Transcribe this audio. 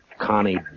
Connie